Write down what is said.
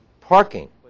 parking